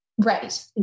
Right